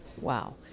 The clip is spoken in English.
Wow